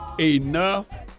Enough